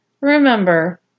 remember